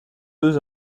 deux